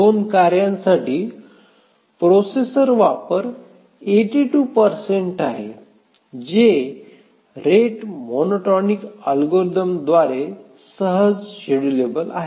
दोन कार्यांसाठी प्रोसेसर वापर आहे जे रेट मोनोटोनिक अल्गोरिथम द्वारे सहज शेड्युलेबल आहे